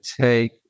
take